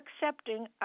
accepting